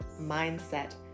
mindset